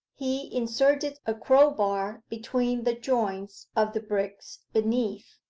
he inserted a crowbar between the joints of the bricks beneath,